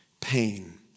pain